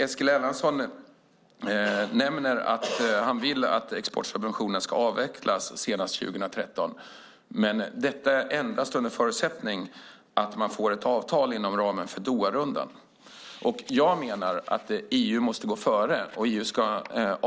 Eskil Erlandsson säger att han vill att exportsubventionerna ska avvecklas senast 2013 - men endast under förutsättning att man får ett avtal inom ramen för Doharundan. Jag menar att EU måste gå före och